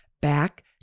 back